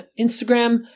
Instagram